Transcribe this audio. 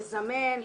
לזמן,